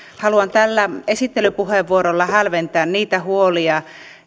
haluan tällä esittelypuheenvuorolla hälventää niitä huolia